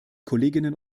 kolleginnen